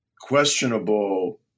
questionable